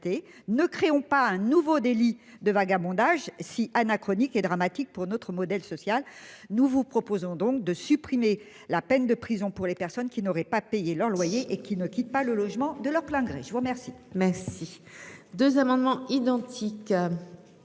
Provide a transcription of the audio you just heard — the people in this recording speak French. ne créons pas un nouveau délit de vagabondage si anachronique et dramatique pour notre modèle social. Nous vous proposons donc de supprimer la peine de prison pour les personnes qui n'auraient pas payer leur loyer et qui ne quitte pas le logement de leur plein gré, je vous remercie.